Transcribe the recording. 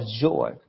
joy